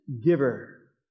giver